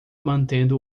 mantendo